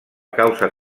causa